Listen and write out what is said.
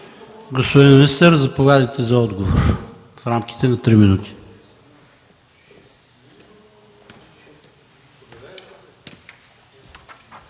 Господин министър, заповядайте за отговор в рамките на три минути.